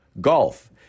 Golf